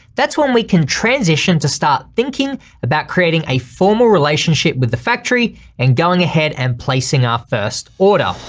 that's when we can transition to start thinking about creating a formal relationship with the factory and going ahead and placing our ah first order.